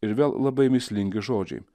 ir vėl labai mįslingi žodžiai